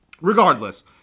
regardless